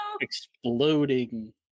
exploding